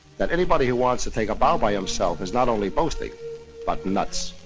that anybody who wants to take a bow by himself is not only boasting but nuts.